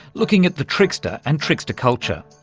looking at the trickster and trickster culture.